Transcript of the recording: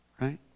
right